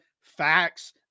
facts